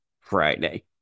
Friday